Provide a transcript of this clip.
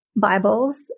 bibles